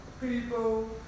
people